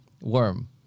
worm